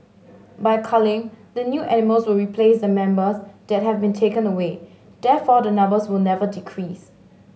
by culling the new animals will replace the numbers that have been taken away therefore the numbers will never decrease